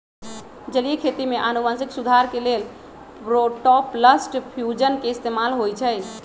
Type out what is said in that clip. जलीय खेती में अनुवांशिक सुधार के लेल प्रोटॉपलस्ट फ्यूजन के इस्तेमाल होई छई